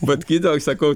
bet kito sakau